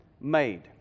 Made